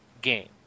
game